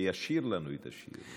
שישיר לנו את השיר.